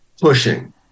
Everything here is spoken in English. pushing